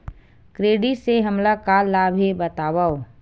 Credit से हमला का लाभ हे बतावव?